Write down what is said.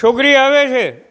છોકરી આવે છે